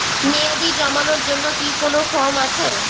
মেয়াদী জমানোর জন্য কি কোন ফর্ম আছে?